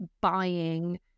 buying